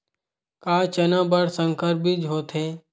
का चना बर संकर बीज होथे?